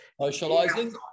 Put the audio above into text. socializing